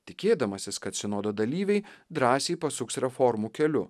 tikėdamasis kad sinodo dalyviai drąsiai pasuks reformų keliu